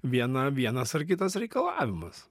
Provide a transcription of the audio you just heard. viena vienas ar kitas reikalavimas